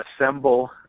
assemble